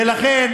ולכן,